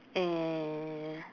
and